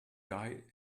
guy